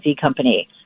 company